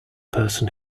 person